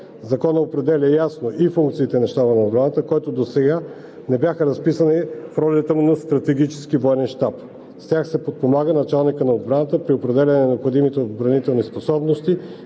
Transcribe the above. Законът определя ясно и функциите на Щаба на отбраната, които досега не бяха разписани в ролята му на стратегически военен щаб. С тях се подпомага началникът на отбраната при определяне на необходимите отбранителни способности,